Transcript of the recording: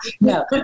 No